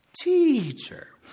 teacher